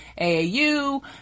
AAU